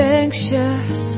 anxious